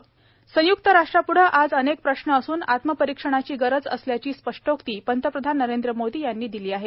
पंतप्रधान संय्क्त राष्ट्राप्ढे आज अनेक प्रश्न असून आत्मपरीक्षणाची गरज असल्याची स्पष्टोक्ति पंतप्रधान नरेंद्र मोदी यांनी दिली आहे